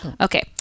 Okay